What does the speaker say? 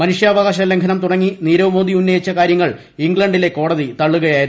മനുഷ്യാവകാശ ലംഘനം തുടങ്ങി നീരവ്മോദി ഉന്നയിച്ചു കാര്യങ്ങൾ ഇംഗ്ലണ്ടിലെ കോടതി തള്ളുകയായിരുന്നു